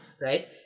right